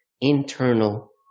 internal